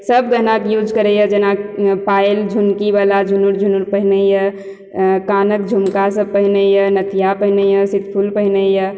सब गहनाके यूज करैया जेना पायल झुनकी वला झुनुर झुनुर पहिरैया कानक झुमका सब पहिरैया नथिया पहिरैया सितफूल पहिरैया